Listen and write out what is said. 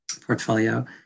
portfolio